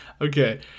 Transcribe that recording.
Okay